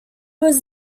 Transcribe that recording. was